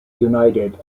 united